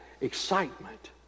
excitement